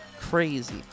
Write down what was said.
Crazy